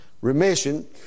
Remission